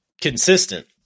consistent